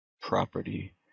property